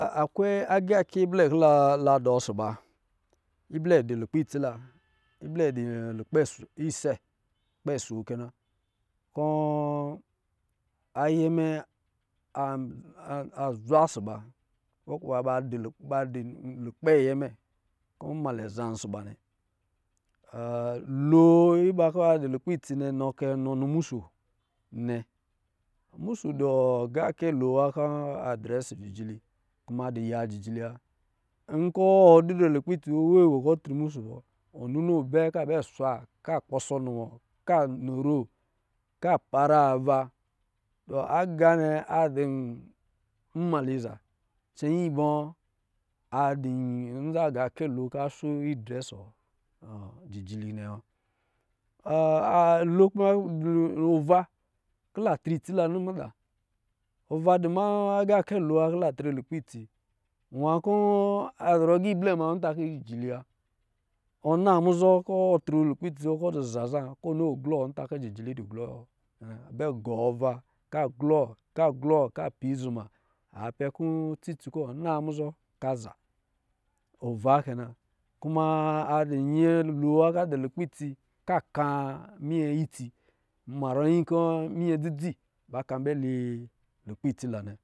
Akwe agakɛ blɛ kɔ̄ la dɔ̄ ɔsɔ̄ ba iblɛ dɔ̄ lukpɛ itsi la, iblɛ dɔ lukpɛ su, isɛ, lukpɛ su kɛ na kɔ̄ ayɛ mɛ a zwa nsɔ̄ ba ko kuwa ba ba dɔ̄ lukpɛ apɛ mɛ kɔ̄ nmalɛ zan ɔsɔ̄ ba nnɛ lo iba kɔ̄ ba dɔ̄ lukpɛ issi nnɛ kɛ nɔ musu nnɛ, musu dɔ̄ ɔ agakɛ lo wa kɔ̄ a dɔ̄ drɛ ɔsɔ̄ jijili kuma dɔ ya jijili wa nkɔ̄ ɔ didrɛ lukpɛ itri wevve kɔ̄ ɔ tri musu bɔ wɔ ninoo bɛ kɔ̄ bɛ swa ka kpɔsɔ niwɔ ka nɔro, ka para ava, gā a dɔ̄ nmaliza cɛnyi bɔ? Adɔ̄ nza agakɛ lo kɔ̄ a so i drɛ ɔsɔ̄ jijili nnɛ wa. a lo kuma dɔ ova kɔ̄ la tri itsi la ni mada, ova dɔ̄ ma agakɛ lo wa kɔ̄ la tri lukpi dɔ nwa kɔ̄ a zɔrɔ agā ildɛ ma ntaki jijil wa ɔ na muzɔ kɔ̄ tri lukpɛ itsi wɔ kɔ̄ dō za, zaa ka glɔ nta kɔ̄ jijili dɔ̄ gzɔ na, a bɛ gɔ va ka glɔ-kaglɔ aa pi izuma kɔ̄ cɔ̄ kɔ̄ a naa muzɔ ka za ova kɛ no a itsi mari nyi kɔ̄ minyɛ dzid ka bɛ li lukpɛ itsi la na nnɛ.